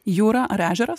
jūra ar ežeras